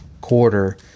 quarter